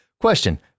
Question